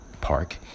Park